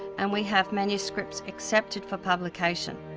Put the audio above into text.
and we have manuscripts accepted for publication.